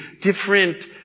Different